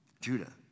Judah